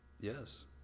Yes